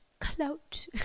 clout